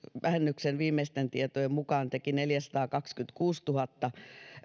vähennyksen viimeisten tietojen mukaan teki neljäsataakaksikymmentäkuusituhatta